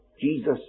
Jesus